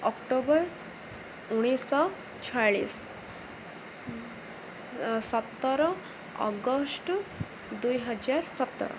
October ଉଣେଇଶହ ଛୟାଳିଶ ସତର ଅଗଷ୍ଟ ଦୁଇହଜାର ସତର